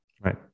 Right